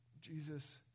Jesus